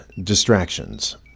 Distractions